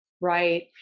Right